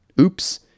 Oops